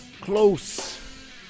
Close